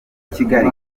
kigali